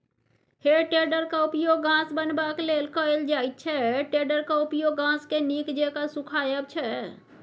हे टेडरक उपयोग घास बनेबाक लेल कएल जाइत छै टेडरक उपयोग घासकेँ नीक जेका सुखायब छै